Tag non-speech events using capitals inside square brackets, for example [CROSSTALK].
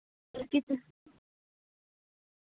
[UNINTELLIGIBLE]